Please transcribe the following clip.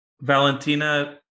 Valentina